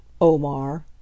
Omar